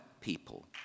people